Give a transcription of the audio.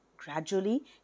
Gradually